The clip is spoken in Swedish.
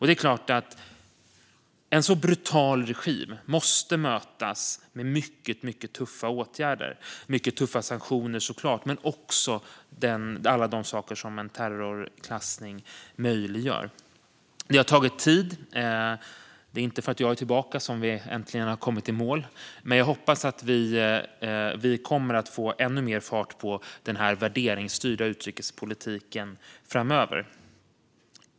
En sådan brutal regim måste mötas med mycket tuffa åtgärder och såklart mycket tuffa sanktioner men också alla de saker som en terrorklassning möjliggör. Det har tagit tid. Det är inte för att jag är tillbaka som vi äntligen har kommit i mål. Jag hoppas att vi kommer att få ännu mer fart på den värderingsstyrda utrikespolitiken framöver.